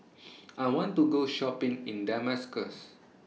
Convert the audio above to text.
I want to Go Shopping in Damascus